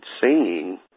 singing